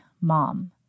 mom